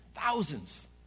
thousands